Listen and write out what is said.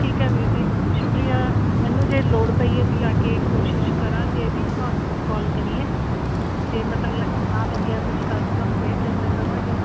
ਠੀਕ ਹੈ ਵੀਰ ਜੀ ਸ਼ੁਕਰੀਆ ਮੈਨੂੰ ਜੇ ਲੋੜ ਪਈ ਅਸੀਂ ਆ ਕੇ ਕੋਸ਼ਿਸ਼ ਕਰਾਂਗੇ ਵੀ ਤੁਹਾਨੂੰ ਕੋਲ ਕਰੀਏ ਜੇ ਪਤਾ ਲ ਨਾ ਲੱਗਿਆ ਕੁਛ ਤਾਂ ਅਸੀਂ ਤੁਹਾਨੂੰ ਫਿਰ ਖੇਚਲ਼ ਦੇਵਾਂਗੇ